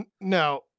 no